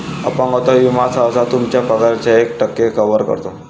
अपंगत्व विमा सहसा तुमच्या पगाराच्या एक टक्के कव्हर करतो